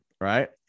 Right